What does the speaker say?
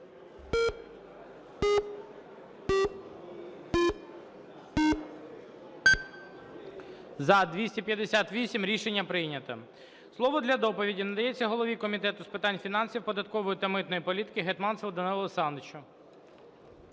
За-258 Рішення прийнято. Слово для доповіді надається голові Комітету з питань фінансів, податкової та митної політики Гетманцеву Данилу